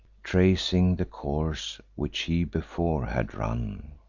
tracing the course which he before had run.